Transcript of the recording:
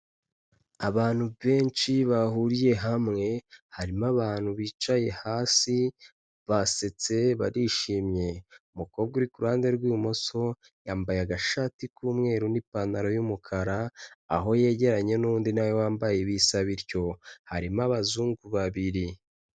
Abantu benshi bahuriye hamwe, harimo abantu bicaye hasi, basetse barishimye. Umukobwa uri kuruhande rw'ibumoso, yambaye agashati k'umweru n'ipantaro y'umukara, aho yegeranye n'undi na we wambaye ibisa bityo. Harimo abazungu babiri.